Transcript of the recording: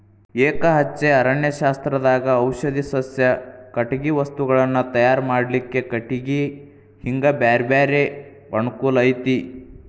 ಎಕಹಚ್ಚೆ ಅರಣ್ಯಶಾಸ್ತ್ರದಾಗ ಔಷಧಿ ಸಸ್ಯ, ಕಟಗಿ ವಸ್ತುಗಳನ್ನ ತಯಾರ್ ಮಾಡ್ಲಿಕ್ಕೆ ಕಟಿಗಿ ಹಿಂಗ ಬ್ಯಾರ್ಬ್ಯಾರೇ ಅನುಕೂಲ ಐತಿ